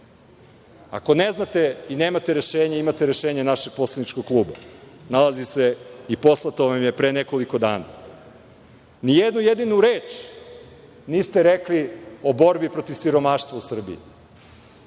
Ako ne znate i nemate rešenje, imate rešenje našeg poslaničkog kluba. Nalazi se i poslato vam je pre nekoliko dana. Ni jednu jedinu reč niste rekli o borbi protiv siromaštva u Srbiji.